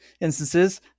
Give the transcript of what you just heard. instances